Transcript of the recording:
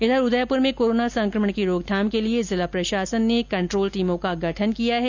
वहीं उदयपुर में कोरोना संकमण की रोकथाम के लिए जिला प्रशासन ने कंट्रोल टीमों का गठन किया है